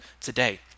today